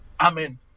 Amen